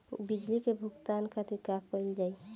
बिजली के भुगतान खातिर का कइल जाइ?